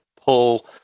pull –